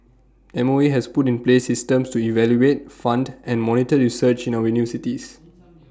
M O E has put in place systems to evaluate fund and monitor research in our